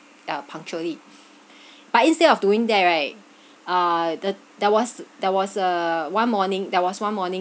uh punctually but instead of doing that right uh the there was there was uh one morning there was one morning